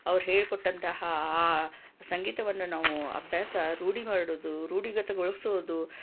ಅವರು ಹೇಳ್ಕೊಟ್ಟಂತಹ ಆ ಸಂಗೀತವನ್ನು ನಾವು ಅಭ್ಯಾಸ ರೂಢಿ ಮಾಡುವುದು ರೂಢಿಗತಗೊಳಿಸೋದು